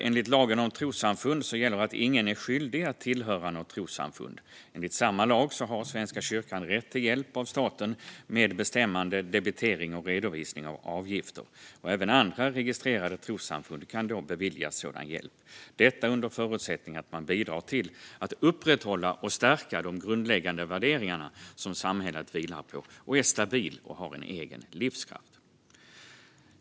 Enligt lagen om trossamfund gäller att ingen är skyldig att tillhöra något trossamfund. Enligt samma lag har Svenska kyrkan rätt till hjälp av staten med bestämmande, debitering och redovisning av avgifter. Även andra registrerade trossamfund kan beviljas sådan hjälp under förutsättning att de bidrar till att upprätthålla och stärka de grundläggande värderingar som samhället vilar på och att de är stabila och har en egen livskraft.